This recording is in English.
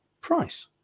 price